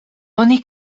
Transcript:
oni